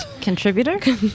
Contributor